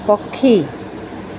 ପକ୍ଷୀ